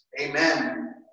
amen